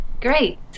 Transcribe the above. Great